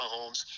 Mahomes